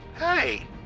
Hey